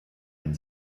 ein